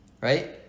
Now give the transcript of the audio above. Right